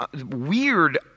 weird